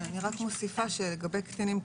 אני מוסיפה שלגבי קטינים,